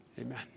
Amen